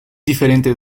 diferente